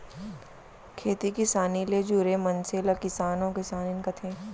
खेती किसानी ले जुरे मनसे ल किसान अउ किसानिन कथें